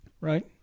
right